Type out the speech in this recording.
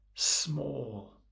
Small